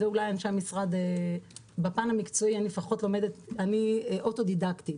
אני אוטודידקטית.